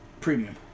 Premium